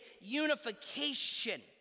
unification